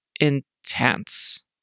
intense